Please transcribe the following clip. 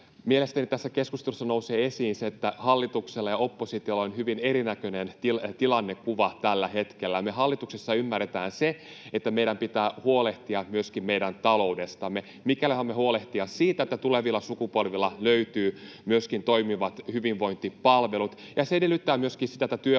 Mielestäni tässä keskustelussa nousee esiin se, että hallituksella ja oppositiolla on hyvin erinäköinen tilannekuva tällä hetkellä. Me hallituksessa ymmärretään se, että meidän pitää huolehtia myöskin meidän taloudestamme, mikäli haluamme huolehtia siitä, että tulevilla sukupolvilla löytyy myöskin toimivat hyvinvointipalvelut, ja se edellyttää myöskin sitä, että työmarkkinoita